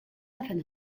often